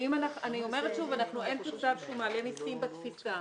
אני אומרת שוב שאין מצב שהוא מעלה מסים בתפיסה.